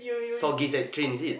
saw gigs at train is it